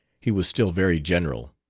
he was still very general.